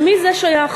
למי זה שייך?